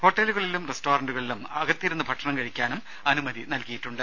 ഹോട്ടലുകളിലും റസ്റ്റോറന്റുകളിലും അകത്തിരുന്ന് ഭക്ഷണം കഴിക്കാനും അനുമതി നൽകിയിട്ടുണ്ട്